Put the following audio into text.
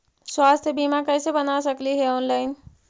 स्वास्थ्य बीमा कैसे बना सकली हे ऑनलाइन?